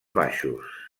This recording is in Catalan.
baixos